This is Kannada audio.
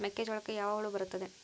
ಮೆಕ್ಕೆಜೋಳಕ್ಕೆ ಯಾವ ಹುಳ ಬರುತ್ತದೆ?